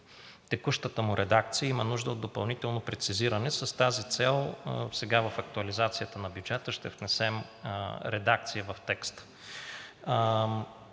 текущата му редакция и има нужда от допълнително прецизиране. С тази цел сега в актуализацията на бюджета ще внесем редакция в текста.